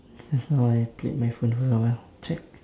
just now I played my phone for a while check